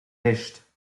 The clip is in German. nicht